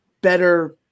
better